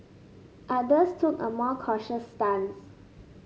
others took a more cautious stance